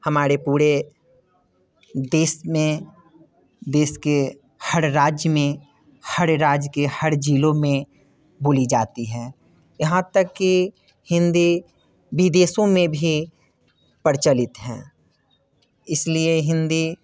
हमारे पूरे देश में देश के हर राज्य में हडर राज्य के हर ज़िले में बोली जाती है यहाँ तक की हिंदी विदेशों में भी प्रचलित है इस लिए हिंदी